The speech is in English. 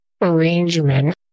Arrangement